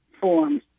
forms